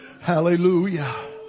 Hallelujah